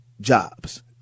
jobs